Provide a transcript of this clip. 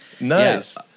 Nice